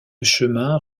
chemins